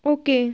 okay